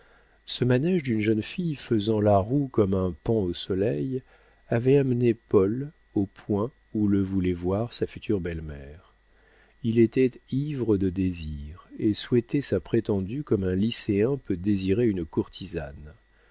ce manége d'une jeune fille faisant la roue comme un paon au soleil avait amené paul au point où le voulait voir sa future belle-mère il était ivre de désirs et souhaitait sa prétendue comme un lycéen peut désirer une courtisane